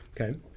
okay